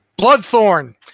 Bloodthorn